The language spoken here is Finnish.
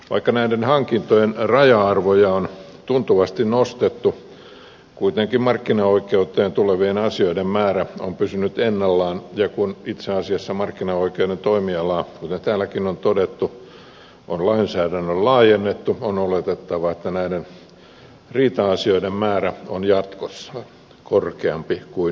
vaikka näiden hankintojen raja arvoja on tuntuvasti nostettu kuitenkin markkinaoikeuteen tulevien asioiden määrä on pysynyt ennallaan ja kun itse asiassa markkinaoikeuden toimialaa kuten täälläkin on todettu on lainsäädännöllä laajennettu on oletettava että näiden riita asioiden määrä on jatkossa korkeampi kuin nykyisin